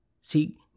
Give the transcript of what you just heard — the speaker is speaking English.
See